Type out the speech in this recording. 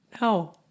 No